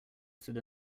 listed